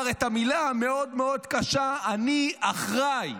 את המילה המאוד-מאוד קשה: אני אחראי.